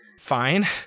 fine